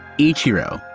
ichiro,